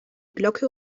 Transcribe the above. glocke